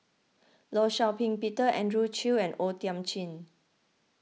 Law Shau Ping Peter Andrew Chew and O Thiam Chin